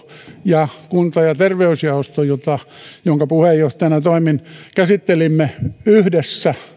ja kunta ja terveysjaosto jonka puheenjohtajana toimin käsittelivät tämän yhdessä